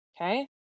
Okay